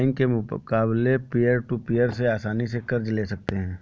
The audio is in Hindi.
बैंक के मुकाबले पियर टू पियर से आसनी से कर्ज ले सकते है